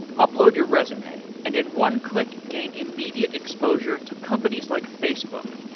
upload your resume and, in one click, gain immediate exposure to companies like facebook,